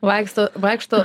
vaikšto vaikšto